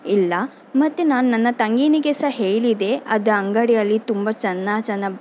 ಇಲ್ಲ ಮತ್ತು ನಾನು ನನ್ನ ತಂಗಿಗೆ ಸಹ ಹೇಳಿದೆ ಅದು ಅಂಗಡಿಯಲ್ಲಿ ತುಂಬ ಚಂದ ಚಂದ